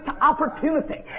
opportunity